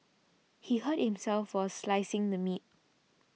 he hurt himself while slicing the meat